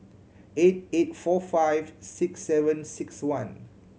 eight eight four five six seven six one